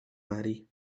marry